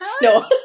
No